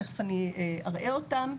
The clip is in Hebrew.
תיכף אני אראה אותם,